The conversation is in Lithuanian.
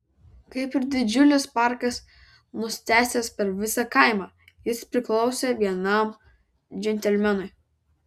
kaip ir didžiulis parkas nusitęsęs per visą kaimą jis priklausė vienam džentelmenui